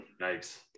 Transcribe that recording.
Nice